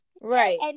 Right